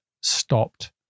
stopped